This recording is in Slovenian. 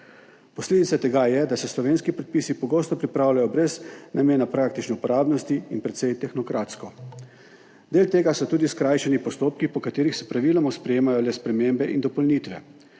Posledica tega je, da se slovenski predpisi pogosto pripravljajo brez namena praktične uporabnosti in precej tehnokratsko. Del tega so tudi skrajšani postopki, po katerih se praviloma sprejemajo le spremembe in dopolnitve.